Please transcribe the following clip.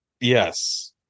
Yes